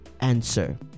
answer